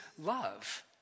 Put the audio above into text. love